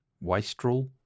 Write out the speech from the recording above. wastrel